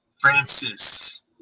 Francis